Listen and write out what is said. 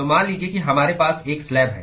तो मान लीजिए कि हमारे पास एक स्लैब है